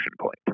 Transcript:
point